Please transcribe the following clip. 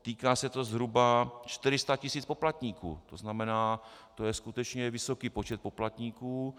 Týká se to zhruba 400 tisíc poplatníků, tzn. to je skutečně vysoký počet poplatníků.